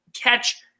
catch